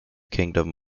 kingdom